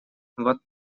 вот